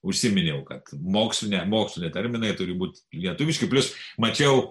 užsiminiau kad mokslinė moksliniai terminai turi būti lietuviški plius mačiau